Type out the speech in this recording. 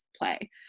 play